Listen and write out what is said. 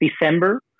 December